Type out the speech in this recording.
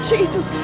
Jesus